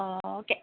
অঁ অঁ কে